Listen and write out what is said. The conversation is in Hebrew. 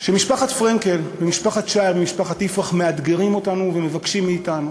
שמשפחת פרנקל ומשפחת שער ומשפחת יפרח מאתגרות אותנו ומבקשות מאתנו